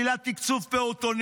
שלילת תקצוב פעוטונים.